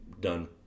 done